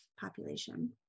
population